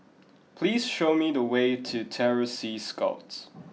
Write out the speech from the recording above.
please show me the way to Terror Sea Scouts